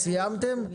סיימתם?